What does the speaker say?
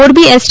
બસ Morbi S